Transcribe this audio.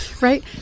Right